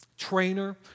trainer